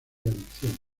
adicción